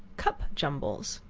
cup jumbles.